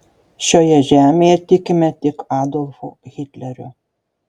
šioje žemėje tikime tik adolfu hitleriu